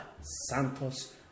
Santos